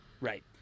Right